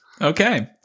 Okay